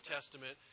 Testament